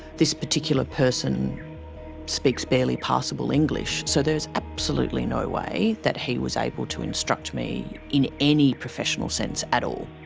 this particular person speaks barely passable english. so there's absolutely no way that he was able to instruct me in any professional sense at all.